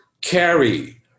carry